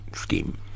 scheme